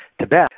Tibet